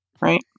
right